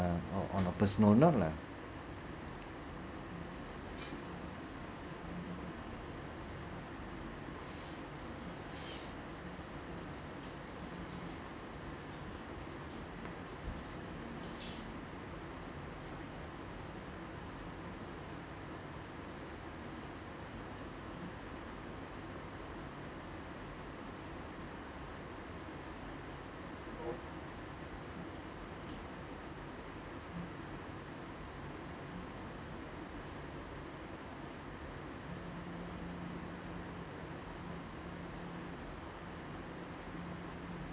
on on a personal note lah